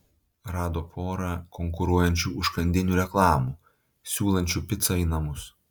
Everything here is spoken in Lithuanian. rado porą konkuruojančių užkandinių reklamų siūlančių picą į namus